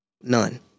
None